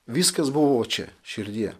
viskas buvo va čia širdyje